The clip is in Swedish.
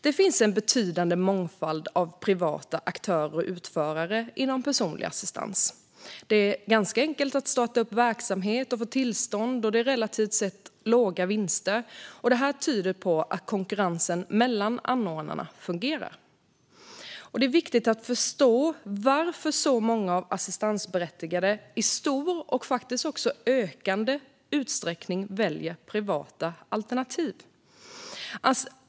Det finns en betydande mångfald av privata aktörer och utförare inom personlig assistans. Det är ganska enkelt att starta verksamhet och få tillstånd, och vinsterna är relativt sett låga. Detta tyder på att konkurrensen mellan anordnarna fungerar. Det är viktigt att förstå varför assistansberättigade i stor, och faktiskt också ökande, utsträckning väljer privata alternativ.